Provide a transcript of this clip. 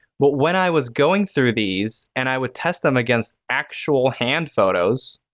but when i was going through these, and i would test them against actual hand photos,